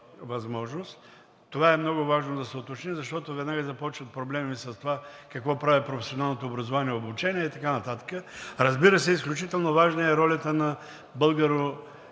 Това е много важно да се уточни, защото веднага започват проблеми с това какво прави професионалното образование, обучение и така нататък. Разбира се, изключително важна е ролята на българо-германските